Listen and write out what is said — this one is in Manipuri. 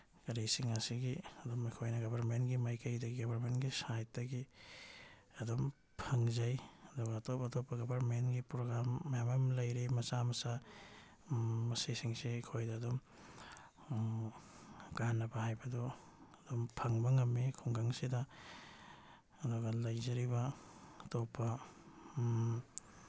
ꯀꯔꯤꯁꯤꯡ ꯑꯁꯤꯒꯤ ꯑꯗꯨꯝ ꯑꯩꯈꯣꯏꯅ ꯒꯕꯔꯃꯦꯟꯒꯤ ꯃꯥꯏꯀꯩꯗꯒꯤ ꯒꯕꯔꯃꯦꯟꯒꯤ ꯁꯥꯏꯠꯇꯒꯤ ꯑꯗꯨꯝ ꯐꯪꯖꯩ ꯑꯗꯨꯒ ꯑꯇꯣꯞ ꯑꯇꯣꯞꯄ ꯒꯕꯔꯃꯦꯟꯒꯤ ꯄ꯭ꯔꯣꯒ꯭ꯔꯥꯝ ꯃꯌꯥꯝ ꯑꯃ ꯂꯩꯔꯤ ꯃꯆꯥ ꯃꯆꯥ ꯃꯁꯤꯁꯤꯡꯁꯤ ꯑꯩꯈꯣꯏꯗ ꯑꯗꯨꯝ ꯀꯥꯅꯕ ꯍꯥꯏꯕꯗꯨ ꯑꯗꯨꯝ ꯐꯪꯕ ꯉꯝꯃꯤ ꯈꯨꯡꯒꯪꯁꯤꯗ ꯑꯗꯨꯒ ꯂꯩꯖꯔꯤꯕ ꯑꯇꯣꯞꯄ